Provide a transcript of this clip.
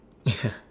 yeah